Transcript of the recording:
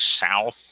south